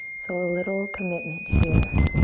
so a little commitment here.